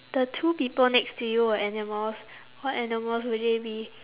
the two people next to you were animals what animals would they be